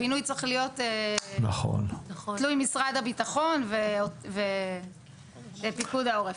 הבינוי צריך להיות תלוי משרד הביטחון ופיקוד העורף.